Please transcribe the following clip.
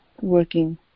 working